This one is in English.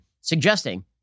suggesting